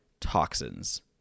toxins